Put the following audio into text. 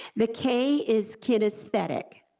the k is kinesthetic,